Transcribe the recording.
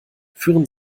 führen